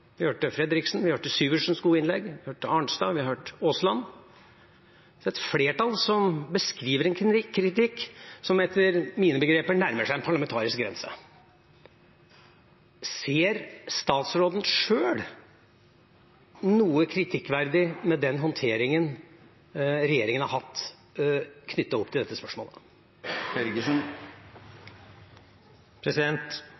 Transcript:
Vi hørte Fredriksen, vi hørte Syversens gode innlegg, vi hørte Arnstad, vi har hørt Aasland – det er et flertall som beskriver en kritikk som etter mine begreper nærmer seg en parlamentarisk grense. Ser statsråden sjøl noe kritikkverdig med den håndteringen regjeringa har hatt, knyttet opp til dette spørsmålet?